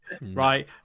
right